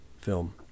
film